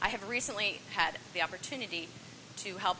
i have recently had the opportunity to help